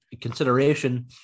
consideration